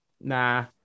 Nah